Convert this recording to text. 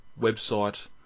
website